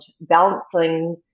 balancing